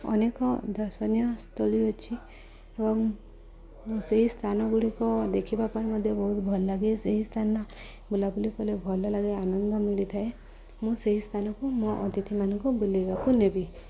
ଅନେକ ଦର୍ଶନୀୟ ସ୍ଥଳୀ ଅଛି ଏବଂ ସେହି ସ୍ଥାନ ଗୁଡ଼ିକ ଦେଖିବା ପାଇଁ ମଧ୍ୟ ବହୁତ ଭଲ ଲାଗେ ସେହି ସ୍ଥାନ ବୁଲା ବୁଲି କଲେ ଭଲ ଲାଗେ ଆନନ୍ଦ ମିଳିଥାଏ ମୁଁ ସେହି ସ୍ଥାନକୁ ମୋ ଅତିଥି ମାନଙ୍କୁ ବୁଲାଇବାକୁ ନେବି